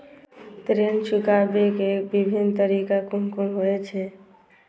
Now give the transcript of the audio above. ऋण चुकाबे के विभिन्न तरीका कुन कुन होय छे?